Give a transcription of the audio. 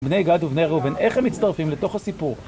בני גד ובני ראובן, איך הם מצטרפים לתוך הסיפור?